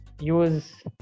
use